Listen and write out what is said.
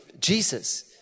Jesus